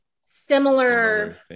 similar